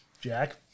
Jack